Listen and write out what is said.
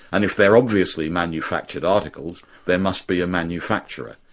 and if they're obviously manufactured articles there must be a manufacturer,